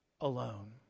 alone